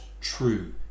true